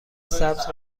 سبز